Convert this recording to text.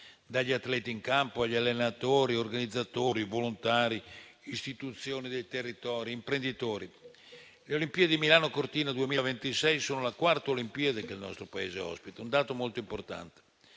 dagli atleti in campo agli allenatori, agli organizzatori, ai volontari, alle istituzioni del territorio ed agli imprenditori. Le Olimpiadi di Milano-Cortina 2026 sono la quarta Olimpiade che il nostro Paese ospita, un dato molto importante.